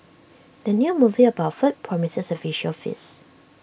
the new movie about food promises A visual feast